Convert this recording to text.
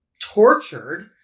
tortured